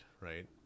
right